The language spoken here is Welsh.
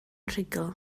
rhugl